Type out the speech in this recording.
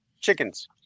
chickens